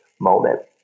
moment